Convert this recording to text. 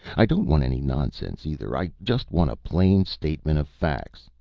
i don't want any nonsense, either. i just want a plain statement of facts.